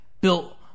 built